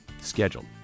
scheduled